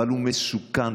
הוא מסוכן,